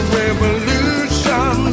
revolution